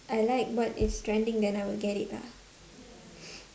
I like what is trending then I will get it lah